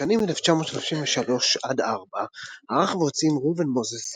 בשנים 1933-4 ערך והוציא עם ראובן מוזס